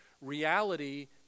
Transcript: Reality